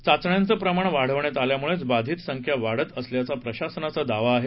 चाचण्यांचं प्रमाण वाढवण्यात आल्यामुळेच बाधित संख्या वाढत असल्याचा प्रशासनाचा दावा आहे